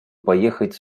поехать